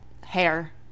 Hair